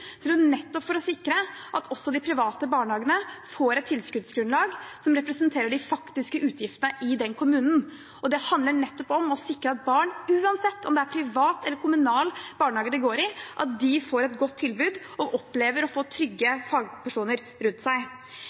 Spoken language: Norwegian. er det nettopp for å sikre at også de private barnehagene får et tilskuddsgrunnlag som representerer de faktiske utgiftene i den kommunen. Og det handler nettopp om å sikre at barn – uansett om det er privat eller kommunal barnehage de går i – får et godt tilbud og opplever å ha trygge fagpersoner rundt seg.